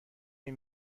این